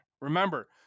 Remember